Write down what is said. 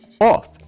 off